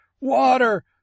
Water